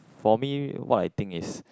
for me what I think is